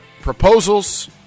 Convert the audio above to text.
proposals